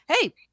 Hey